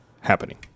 happening